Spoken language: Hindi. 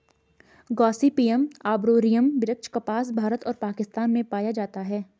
गॉसिपियम आर्बोरियम वृक्ष कपास, भारत और पाकिस्तान में पाया जाता है